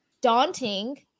daunting